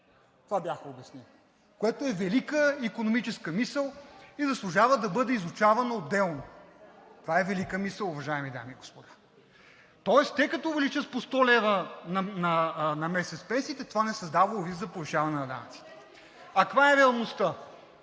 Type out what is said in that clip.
Това бяха обяснили, което е велика икономическа мисъл и заслужава да бъде изучавана отделно. Това е велика мисъл, уважаеми дами и господа! Тоест те като увеличат с по 100 лв. на месец пенсиите, това не създавало риск за повишаване на данъците. А каква е реалността?